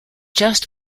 just